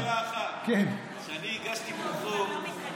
יש לי רק שאלה אחת: כשאני הגשתי פה חוק של